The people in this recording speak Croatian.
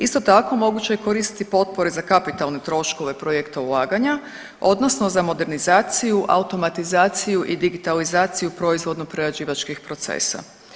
Isto tako moguće je koristiti potpore za kapitalne troškove projekta ulaganja odnosno za modernizaciju, automatizaciju i digitalizaciju proizvodno-prerađivačkih procesa.